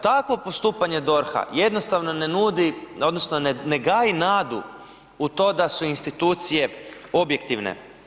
Takvo postupanje DORH-a jednostavno ne nudi odnosno ne gaji nadu u to da su institucije objektivne.